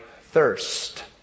thirst